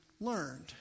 learned